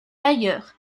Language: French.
ailleurs